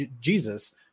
Jesus